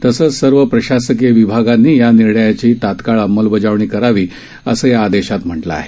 तसंच सर्व प्रशासकीय विभागांनी या निर्णयाची तात्काळ अंमलबजावणी करावी असं या आदेशात म्हटलं आहे